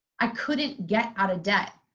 i couldn't get out of debt.